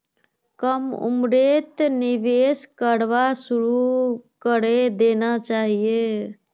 कम उम्रतें निवेश करवा शुरू करे देना चहिए